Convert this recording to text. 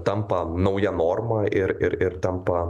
tampa nauja norma ir ir tampa